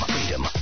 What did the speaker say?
Freedom